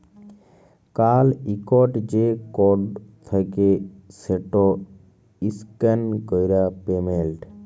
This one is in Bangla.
কাল ইকট যে কড থ্যাকে সেট ইসক্যান ক্যরে পেমেল্ট